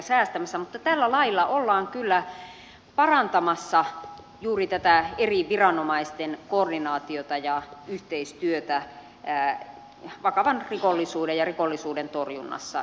mutta tällä lailla ollaan kyllä parantamassa juuri tätä eri viranomaisten koordinaatiota ja yhteistyötä vakavan rikollisuuden ja rikollisuuden torjunnassa